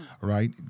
right